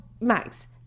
max